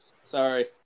Sorry